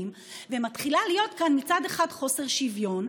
ומתחיל להיות כאן מצד אחד חוסר שוויון,